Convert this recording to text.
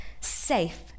safe